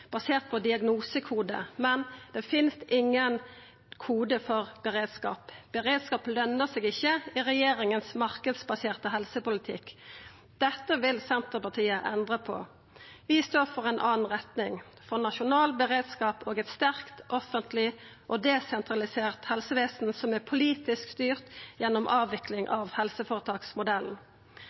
basert på diagnosekodar. Men det finst ingen kode for beredskap. Beredskap løner seg ikkje i den marknadsbaserte helsepolitikken til regjeringa. Dette vil Senterpartiet endra på. Vi står for ei anna retning – for nasjonal beredskap og eit sterkt offentleg og desentralisert helsevesen som er politisk styrt, gjennom avvikling av helseføretaksmodellen.